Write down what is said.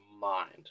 mind